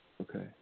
Okay